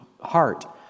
heart